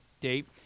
date